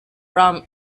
rum